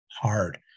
hard